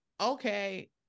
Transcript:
okay